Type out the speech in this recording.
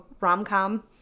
rom-com